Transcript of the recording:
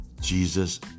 Jesus